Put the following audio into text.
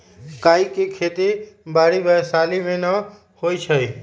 काइ के खेति बाड़ी वैशाली में नऽ होइ छइ